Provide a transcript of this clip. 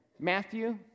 Matthew